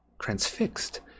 transfixed